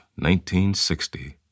1960